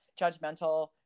judgmental